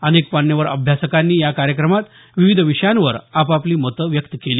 अनेक मान्यवर अभ्यासकांनी या कार्यक्रमात विविध विषयांवर आपापली मतं व्यक्त केली